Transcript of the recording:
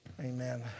Amen